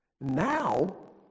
Now